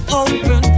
open